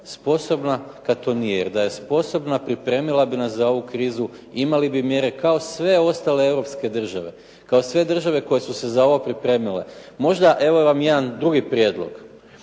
sposobna kad to nije jer da je sposobna pripremila bi nas za ovu krizu. Imali bi mjere kao sve ostale europske države, kao sve države koje su se za ovo pripremile. Možda, evo vam jedan drugi prijedlog,